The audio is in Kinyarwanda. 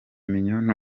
mignone